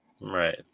Right